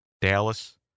Dallas